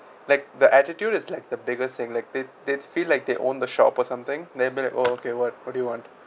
like the attitude is like the biggest neglected they feel like they own the shop or something they been like oh okay what what do you want